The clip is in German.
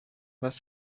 was